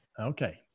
okay